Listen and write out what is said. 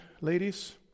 ladies